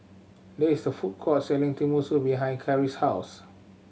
there is a food court selling Tenmusu behind Carri's house